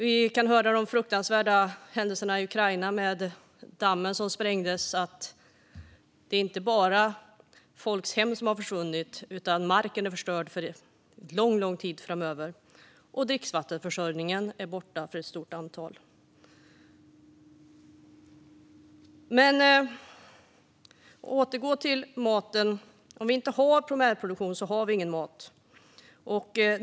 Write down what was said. I samband med de fruktansvärda händelserna i Ukraina och sprängningen av dammen är det inte bara folks hem som har försvunnit. Marken är också förstörd för lång tid framöver, och dricksvattenförsörjningen är borta för ett stort antal människor. Jag återgår till maten. Om vi inte har primärproduktion har vi ingen mat.